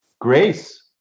grace